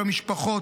את המשפחות,